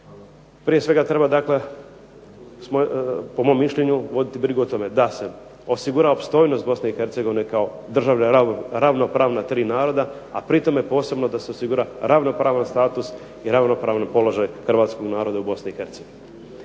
prije svega treba dakle, po mom mišljenju, voditi brigu o tome da se osigura opstojnost BiH kao države ravnopravna 3 naroda, a pri tome posebno da se osigura ravnopravan status i ravnopravan položaj hrvatskog naroda u BiH. Problem